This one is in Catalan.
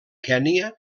kenya